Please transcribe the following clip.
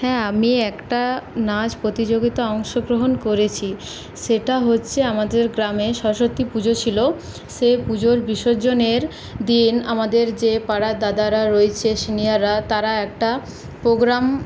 হ্যাঁ আমি একটা নাচ প্রতিযোগিতায় অংশগ্রহণ করেছি সেটা হচ্ছে আমাদের গ্রামে সরস্বতী পুজো ছিলো সে পুজোর বিসর্জনের দিন আমাদের যে পাড়ার দাদারা রয়েছে সিনিয়ররা তারা একটা প্রোগ্রাম